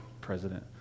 president